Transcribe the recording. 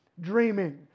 dreaming